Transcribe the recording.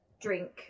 drink